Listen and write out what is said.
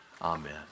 Amen